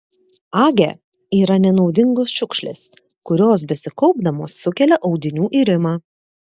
age yra nenaudingos šiukšlės kurios besikaupdamos sukelia audinių irimą